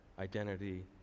identity